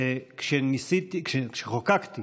שכשחוקקתי